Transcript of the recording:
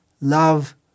love